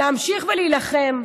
להמשיך ולהילחם,